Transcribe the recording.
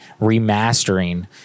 remastering